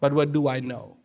but what do i know